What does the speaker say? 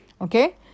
okay